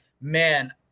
man